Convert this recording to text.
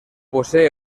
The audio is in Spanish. posee